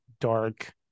dark